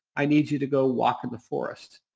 i need you to go walk in the forest.